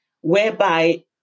whereby